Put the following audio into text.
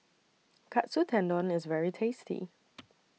Katsu Tendon IS very tasty